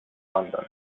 london